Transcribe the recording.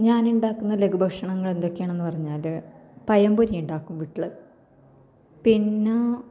ഞാൻ ഉണ്ടാക്കുന്ന ലഘുഭക്ഷണങ്ങളെന്തൊക്കെയാണെന്ന് പറഞ്ഞാല് പഴം പൊരി ഉണ്ടാക്കും വീട്ടില് പിന്നെ